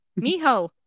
Miho